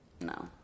No